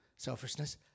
Selfishness